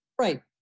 right